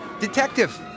Detective